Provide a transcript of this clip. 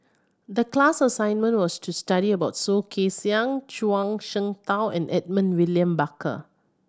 the class assignment was to study about Soh Kay Siang Zhuang Shengtao and Edmund William Barker